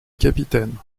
capitaine